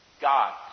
God